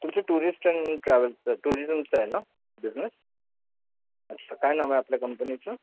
तुमचे tourist and ट्रॅव्हल्सचं टुरिजमचं आहे ना बिझनेस अच्छा काय नाव आहे आपल्या कंपनीचं